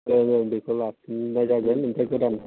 ओं ओं बेखौ लाफिननाय जागोन आमफाय गोदान